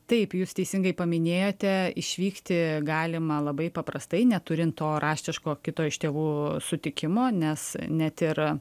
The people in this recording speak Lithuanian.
taip jūs teisingai paminėjote išvykti galima labai paprastai neturint to raštiško kito iš tėvų sutikimo nes net ir